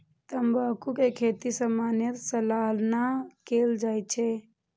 तंबाकू के खेती सामान्यतः सालाना कैल जाइ छै